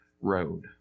road